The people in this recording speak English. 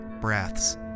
breaths